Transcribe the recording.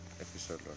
episode